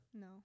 No